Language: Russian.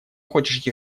хочешь